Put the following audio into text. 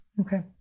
Okay